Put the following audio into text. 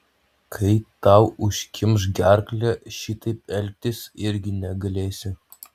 kai tau užkimš gerklę šitaip elgtis irgi negalėsi